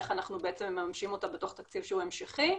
איך אנחנו מממשים אותה בתוך תקציב שהוא המשכי.